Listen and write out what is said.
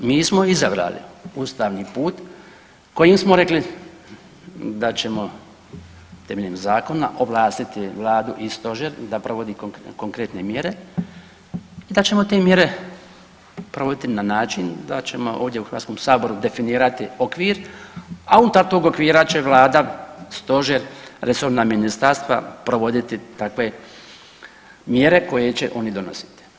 Mi smo izabrali ustavni put kojim smo rekli da ćemo temeljem zakona ovlastiti Vladu i stožer da provodi konkretne mjere, da ćemo te mjere provoditi na način da ćemo ovdje u Hrvatskom saboru definirati okvir, a unutar tog okvira će Vlada, stožer, resorna ministarstva provoditi takve mjere koje će oni donositi.